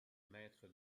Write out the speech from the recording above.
maître